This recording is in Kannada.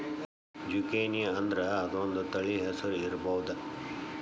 ಜುಕೇನಿಅಂದ್ರ ಅದೊಂದ ತಳಿ ಹೆಸರು ಇರ್ಬಹುದ